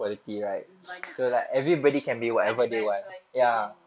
mm banyak like ada banyak choice you can